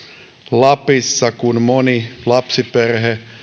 lapissa kun moni lapsiperhe